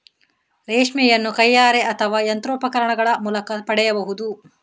ರೇಷ್ಮೆಯನ್ನು ಕೈಯಾರೆ ಅಥವಾ ಯಂತ್ರೋಪಕರಣಗಳ ಮೂಲಕ ಪಡೆಯಬಹುದು